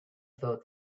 thought